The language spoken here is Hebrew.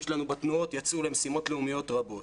שלנו בתנועות יצאו למשימות לאומיות רבות.